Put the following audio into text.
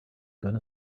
gonna